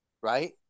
right